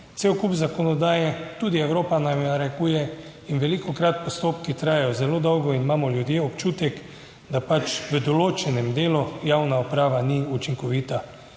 cel kup zakonodaje tudi Evropa nam narekuje in velikokrat postopki trajajo zelo dolgo in imamo ljudje občutek, da pač v določenem delu javna uprava ni učinkovita.